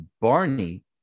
Barney